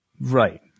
right